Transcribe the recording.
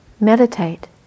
Meditate